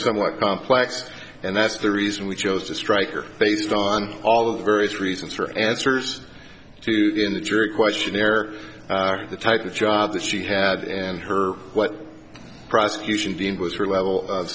somewhat complex and that's the reason we chose to strike her face done all of various reasons for answers to in the jury questionnaire the type of job that she had and her what the prosecution the end was her level of